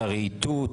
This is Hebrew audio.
על הרהיטות,